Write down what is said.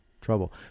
trouble